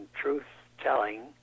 truth-telling